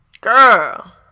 Girl